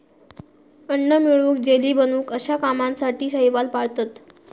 अन्न मिळवूक, जेली बनवूक अश्या कामासाठी शैवाल पाळतत